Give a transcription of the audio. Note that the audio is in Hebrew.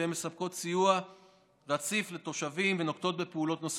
והן מספקות סיוע רציף לתושבים ונוקטות בפעולות נוספות.